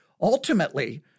ultimately